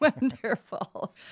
wonderful